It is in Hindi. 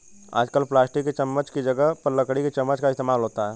आजकल प्लास्टिक की चमच्च की जगह पर लकड़ी की चमच्च का इस्तेमाल होता है